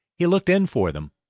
he looked in for them.